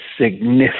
significant